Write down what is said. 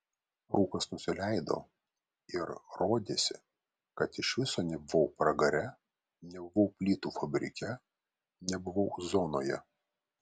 rūkas nusileido ir rodėsi kad iš viso nebuvau pragare nebuvau plytų fabrike nebuvau zonoje